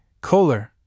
Kohler